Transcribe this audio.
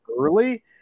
early –